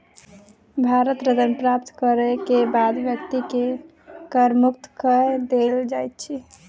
भारत रत्न प्राप्त करय के बाद व्यक्ति के कर मुक्त कय देल जाइ छै